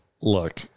Look